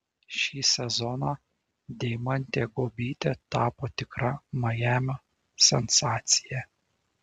šį sezoną deimantė guobytė tapo tikra majamio sensacija